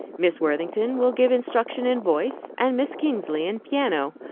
miss worthington will give instruction in voice and miss kingsley in piano.